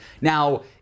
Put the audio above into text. Now